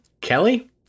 Kelly